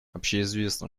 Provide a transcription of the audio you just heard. общеизвестно